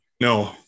No